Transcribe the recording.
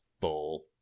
full